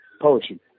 poetry